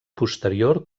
posterior